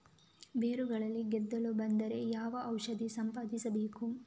ಬೇರುಗಳಿಗೆ ಗೆದ್ದಲು ಬಂದರೆ ಯಾವ ಔಷಧ ಸಿಂಪಡಿಸಬೇಕು?